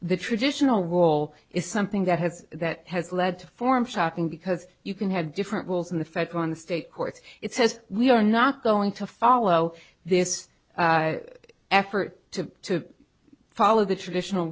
the traditional role is something that has that has led to form shocking because you can have different rules in the fed on the state courts it says we are not going to follow this effort to follow the traditional